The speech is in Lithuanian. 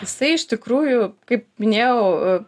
jisai iš tikrųjų kaip minėjau